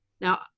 Now